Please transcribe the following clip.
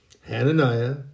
Hananiah